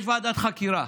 יש ועדת חקירה.